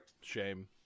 Shame